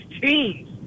teams